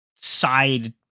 side